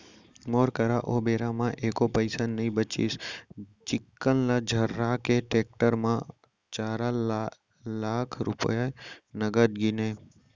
मोर करा ओ बेरा म एको पइसा नइ बचिस चिक्कन ल झर्रा के टेक्टर बर चार लाख रूपया नगद गिनें